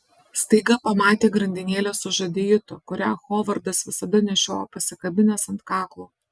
staiga pamatė grandinėlę su žadeitu kurią hovardas visada nešiojo pasikabinęs ant kaklo